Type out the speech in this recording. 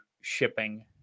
shipping